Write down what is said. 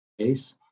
case